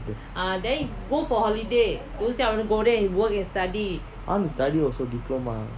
I want to study also diploma